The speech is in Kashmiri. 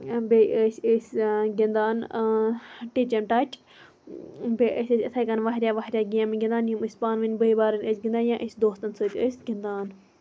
بیٚیہِ ٲسۍ أسۍ گِنٛدان ٹِچَم ٹَچ بیٚیہِ أسۍ ٲسۍ یِتھے کنۍ واریاہ واریاہ گیمہٕ گِنٛدان یِم أسۍ پانہٕ ؤنۍ بٲے بارٕنۍ ٲسۍ گِنٛدان یا ٲسۍ دوستَن سۭتۍ أسۍ گِنٛدان